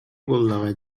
буоллаҕа